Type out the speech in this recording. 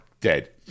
dead